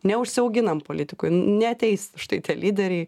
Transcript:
neužsiauginam politikoj neateis štai tie lyderiai